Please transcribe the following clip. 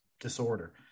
disorder